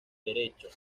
derecho